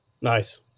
nice